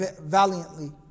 valiantly